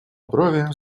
брови